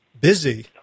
busy